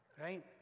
right